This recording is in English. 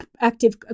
active